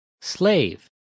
Slave